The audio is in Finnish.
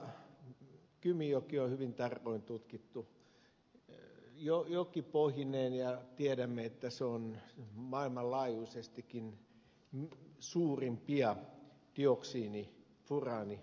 todella kymijoki on hyvin tarkoin tutkittu joki pohjineen ja tiedämme että se on maailmanlaajuisestikin suurimpia dioksiini ja furaanivarastoja